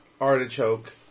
artichoke